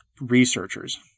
researchers